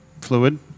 fluid